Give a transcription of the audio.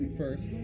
first